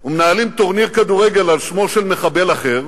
ומנהלים טורניר כדורגל על שמו של מחבל אחר.